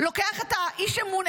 לוקח את איש האמון,